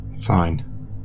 Fine